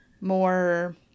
more